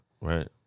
Right